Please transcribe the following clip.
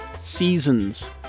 seasons